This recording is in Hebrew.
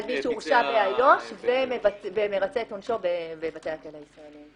מי שהורשע באיו"ש ומרצה את עונשו בבתי הכלא הישראליים.